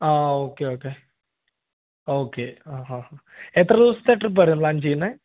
ആ okay okay okay ഹാ ഹാ എത്ര ദിവസത്തെ ട്രിപ്പായിരുന്നു പ്ലാൻ ചെയുന്നത്